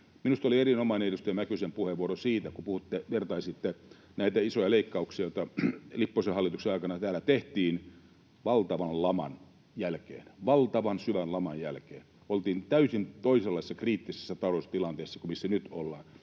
Minusta oli erinomainen edustaja Mäkisen puheenvuoro siinä, kun vertasitte näitä isoja leikkauksia, joita Lipposen hallituksen aikana täällä tehtiin, valtavan laman jälkeen, valtavan syvän laman jälkeen, oltiin täysin toisenlaisessa kriittisessä taloudellisessa tilanteessa kuin missä nyt ollaan.